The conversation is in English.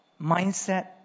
mindset